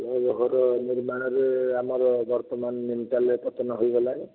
ଘର ନିର୍ମାଣରେ ଆମର ବର୍ତ୍ତମାନ ନିମଟାଲ ପତନ ହୋଇଗଲାଣି